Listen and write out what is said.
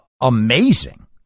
amazing